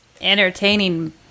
entertaining